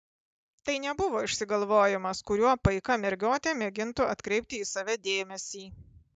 tai nebuvo išsigalvojimas kuriuo paika mergiotė mėgintų atkreipti į save dėmesį